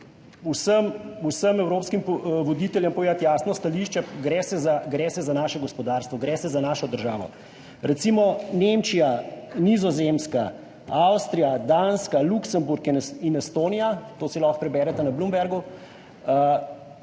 vsem evropskim voditeljem, gre za naše gospodarstvo, gre za našo državo. Recimo Nemčija, Nizozemska, Avstrija, Danska, Luksemburg in Estonija, to si lahko preberete na Bloombergu,